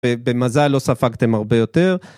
במזל לא ספגתם הרבה יותר